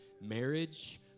Marriage